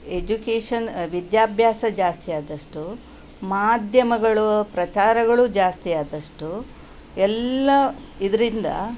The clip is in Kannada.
ಎಜುಕೇಷನ್ ವಿದ್ಯಾಭ್ಯಾಸ ಜಾಸ್ತಿ ಆದಷ್ಟು ಮಾಧ್ಯಮಗಳು ಪ್ರಚಾರಗಳು ಜಾಸ್ತಿ ಆದಷ್ಟು ಎಲ್ಲ ಇದರಿಂದ